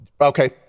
Okay